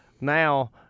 Now